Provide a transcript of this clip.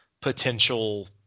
potential